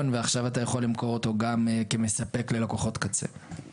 ועכשיו אתה יכול למכור אותו גם כמספק ללקוחות קצה.